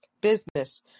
business